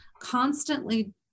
constantly